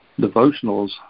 devotionals